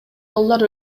доллар